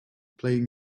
playing